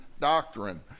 doctrine